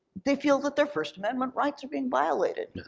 they feel that their first amendment rights are being violated,